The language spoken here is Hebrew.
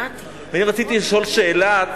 אני רציתי לשאול את שאלת